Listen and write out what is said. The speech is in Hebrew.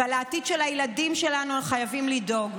ולעתיד של הילדים שלנו אנו חייבים לדאוג.